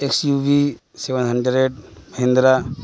x U V seven hundred ad Mahindra